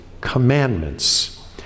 commandments